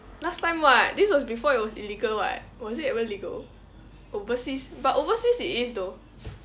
last time [what] this was before it was illegal [what] was it ever legal overseas but overseas it is though